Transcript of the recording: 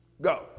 Go